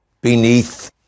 beneath